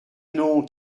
nom